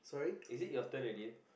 is it your turn already